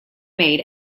made